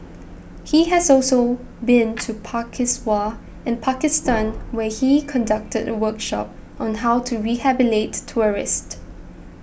he has also been to in Pakistan where he conducted a workshop on how to rehabilitate tourist